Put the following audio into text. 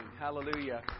Hallelujah